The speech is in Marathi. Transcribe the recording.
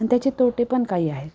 आणि त्याचे तोटे पण काही आहेत